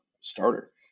starter